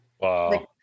Wow